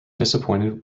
disappointed